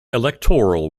electoral